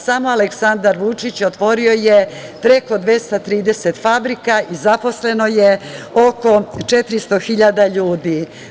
Samo Aleksandar Vučić otvorio je preko 230 fabrika i zaposleno je oko 400 hiljada ljudi.